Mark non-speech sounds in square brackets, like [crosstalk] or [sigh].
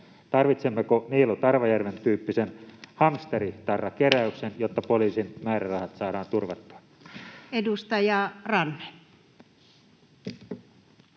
Tarvitsemmeko Niilo Tarvajärven tyyppisen Hamsteri-tarrakeräyksen, [noise] jotta poliisin määrärahat saadaan turvattua? Edustaja Ranne.